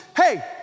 Hey